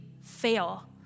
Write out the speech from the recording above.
fail